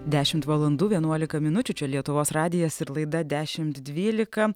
dešimt valandų vienuolika minučių čia lietuvos radijas ir laida dešimt dvylika